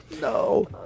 no